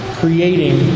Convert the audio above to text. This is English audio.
creating